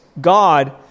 God